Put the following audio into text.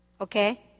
Okay